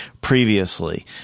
previously